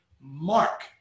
mark